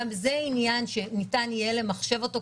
גם זה עניין שניתן יהיה למחשב אותו,